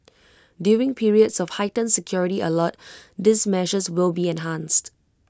during periods of heightened security alert these measures will be enhanced